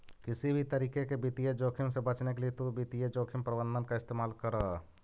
किसी भी तरीके के वित्तीय जोखिम से बचने के लिए तु वित्तीय जोखिम प्रबंधन का इस्तेमाल करअ